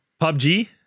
PUBG